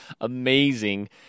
amazing